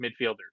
midfielders